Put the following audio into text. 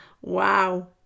Wow